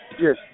Yes